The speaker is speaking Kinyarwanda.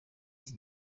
iki